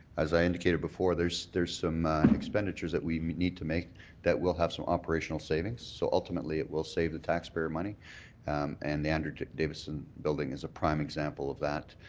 as i indicated before, there's there's some expenditures that we need to make that will have some operational savings so ultimately it will save the taxpayer money and the andrew davidson building is a prime example of that.